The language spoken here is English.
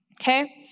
Okay